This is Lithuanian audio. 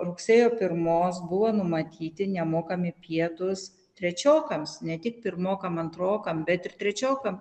rugsėjo pirmos buvo numatyti nemokami pietūs trečiokams ne tik pirmokam antrokam bet ir trečiokam